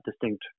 distinct